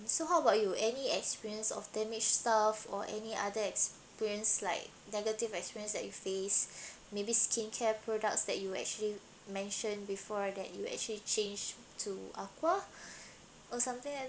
so how about you any experience of damaged stuff or any other experience like negative experience that you face maybe skincare products that you actually mentioned before that you actually change to aqua or something like